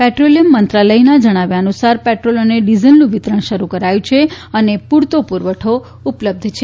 petroleum મંત્રાલયે જણાવ્યા અનુસાર પેટ્રોલ અને ડીઝલનું વિતરણ શરૂ કરાયું છે અને પૂરતો પુરવઠો પૂરો પાડવો છે